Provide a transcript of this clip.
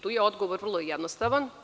Tu je odgovor vrlo jednostavan.